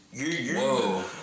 Whoa